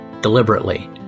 deliberately